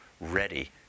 ready